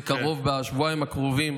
בקרוב, בשבועיים הקרובים,